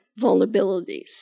vulnerabilities